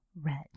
Red